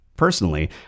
Personally